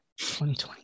2020